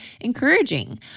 encouraging